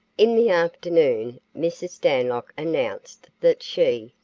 in the afternoon mrs. stanlock announced that she,